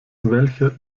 welcher